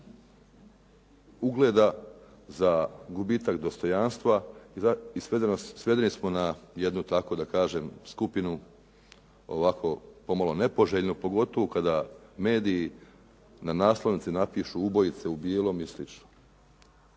za pad ugleda, za gubitak dostojanstva, i svedeni smo na jednu tako da kažem skupinu, ovako pomalo nepoželjnu, pogotovo kada mediji na naslovnici napišu ubojice u bijelom ili